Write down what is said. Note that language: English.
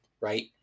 right